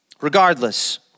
Regardless